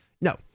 No